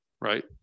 right